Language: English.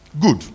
Good